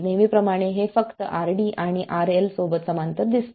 नेहमीप्रमाणे हे फक्त RD आणि RLसोबत समांतर दिसते